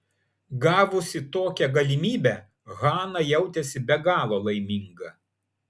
gavusi tokią galimybę hana jautėsi be galo laiminga